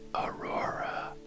Aurora